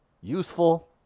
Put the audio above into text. useful